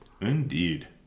Indeed